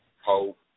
Hope